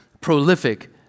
prolific